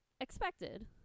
expected